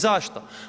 Zašto?